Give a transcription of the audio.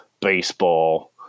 baseball